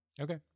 Okay